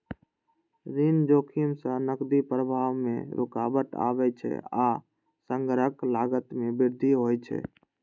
ऋण जोखिम सं नकदी प्रवाह मे रुकावट आबै छै आ संग्रहक लागत मे वृद्धि होइ छै